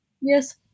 Yes